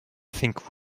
think